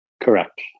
correct